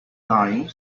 dying